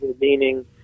meaning